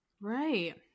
Right